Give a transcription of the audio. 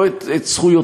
לא את זכויותיו,